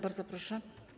Bardzo proszę.